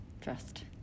Trust